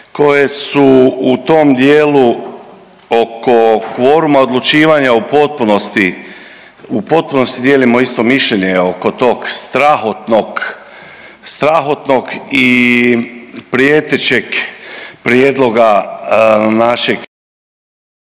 koje su u tom dijelu oko kvoruma odlučivanja u potpunosti, u potpunosti dijelimo isto mišljenje oko tog strahotnog, strahotnog i prijetećeg prijedloga našeg